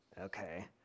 Okay